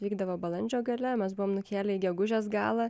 vykdavo balandžio gale mes buvom nukėlę į gegužės galą